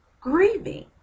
grieving